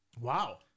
Wow